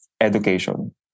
education